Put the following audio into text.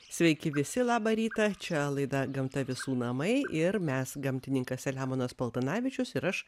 sveiki visi labą rytą čia laida gamta visų namai ir mes gamtininkas selemonas paltanavičius ir aš